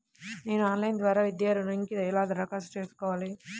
నేను ఆన్లైన్ ద్వారా విద్యా ఋణంకి ఎలా దరఖాస్తు చేసుకోవాలి?